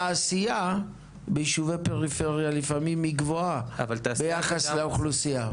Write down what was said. לפעמים התעשייה ביישובי פריפריה היא גבוהה ביחס לאוכלוסייה.